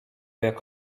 jak